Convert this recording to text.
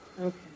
Okay